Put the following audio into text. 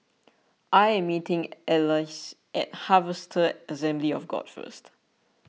I am meeting Alize at Harvester Assembly of God First